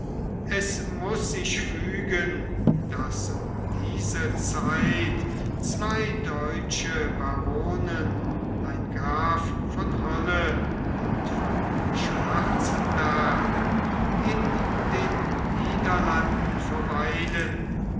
es muß sich fügen daß um diese zeit zwei deutsche barone ein graf von holle und von schwarzenberg in den niederlanden verweilen